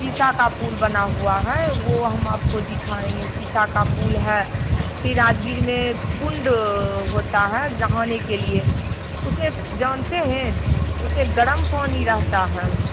शीशे का पुल बना हुआ हैं वो हम आपको दिखाएँगे शीशे का पुल है फिर राजगीर में कुंड होता है नहाने के लिए उसमें जानते हैं उसमें गर्म पानी रहता है